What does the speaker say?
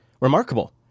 remarkable